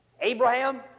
Abraham